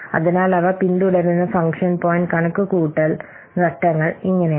അതിനാൽ അവ പിന്തുടരുന്ന ഫംഗ്ഷൻ പോയിന്റ് കണക്കുകൂട്ടൽ ഘട്ടങ്ങൾ ഇങ്ങനെയാണ്